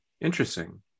Interesting